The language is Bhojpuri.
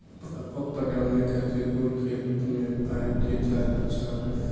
टपक पटौनी खातिर कुल खेत मे पाइप के जाल बिछावल जाला